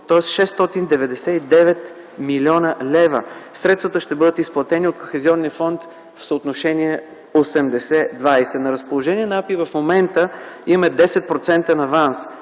тоест 699 млн. лв. Средствата ще бъдат изплатени от Кохезионния фонд в съотношение 80:20. На разположение в АПИ в момента има 10-процентен